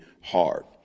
hard